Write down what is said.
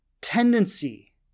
tendency